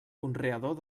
conreador